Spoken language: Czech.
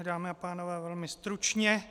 Dámy a pánové, velmi stručně.